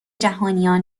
جهانیان